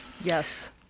yes